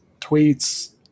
tweets